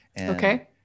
Okay